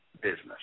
business